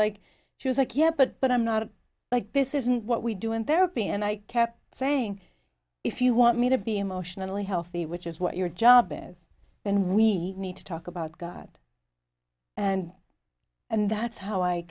like she was like yeah but but i'm not like this isn't what we do in therapy and i kept saying if you want me to be emotionally healthy which is what your job is and we need to talk about god and and that's how i